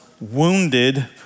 wounded